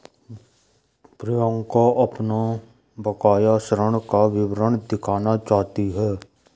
प्रियंका अपना बकाया ऋण का विवरण देखना चाहती है